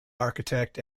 architect